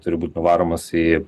turi būt nuvaromas į